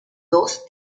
dos